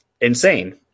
insane